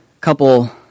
couple